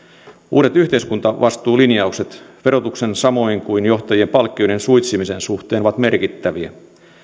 uudet yhteiskuntavastuulinjaukset verotuksen samoin kuin johtajien palkkioiden suitsimisen suhteen ovat merkittäviä